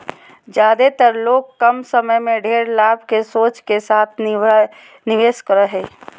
ज्यादेतर लोग कम समय में ढेर लाभ के सोच के साथ निवेश करो हइ